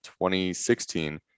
2016